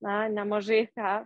na nemažai ką